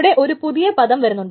ഇവിടെ ഒരു പുതിയ പദം വരുന്നു